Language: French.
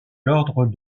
l’ordre